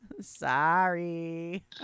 Sorry